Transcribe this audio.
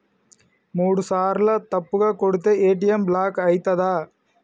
మూడుసార్ల తప్పుగా కొడితే ఏ.టి.ఎమ్ బ్లాక్ ఐతదా?